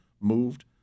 moved